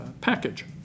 package